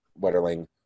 Wetterling